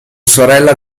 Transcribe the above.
sorella